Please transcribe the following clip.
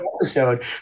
episode